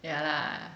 ya lah